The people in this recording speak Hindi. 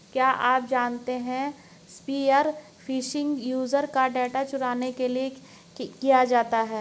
क्या आप जानते है स्पीयर फिशिंग यूजर का डेटा चुराने के लिए किया जाता है?